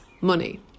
money